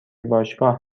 باشگاه